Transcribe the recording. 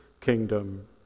kingdom